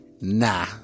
Nah